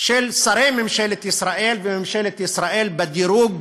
של שרי ממשלת ישראל וממשלת ישראל בדירוג